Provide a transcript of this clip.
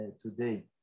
today